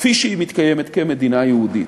כפי שהיא מתקיימת, כמדינה יהודית.